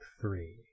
three